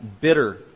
bitter